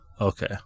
Okay